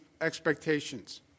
expectations